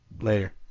Later